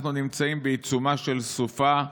אנחנו נמצאים בעיצומה של סופה,